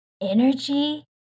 energy